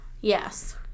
Yes